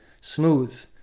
smooth